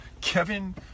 Kevin